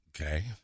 Okay